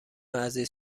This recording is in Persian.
عزیز